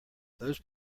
those